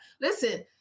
Listen